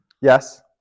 Yes